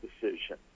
decision